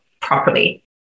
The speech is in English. properly